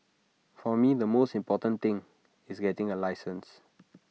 for me the most important thing is getting A license